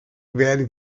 werde